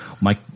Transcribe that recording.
Mike